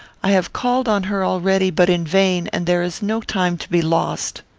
i have called on her already, but in vain, and there is no time to be lost.